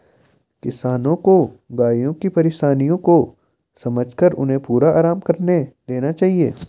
किसानों को गायों की परेशानियों को समझकर उन्हें पूरा आराम करने देना चाहिए